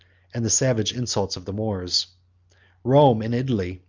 and the savage insults of the moors rome and italy,